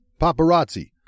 Paparazzi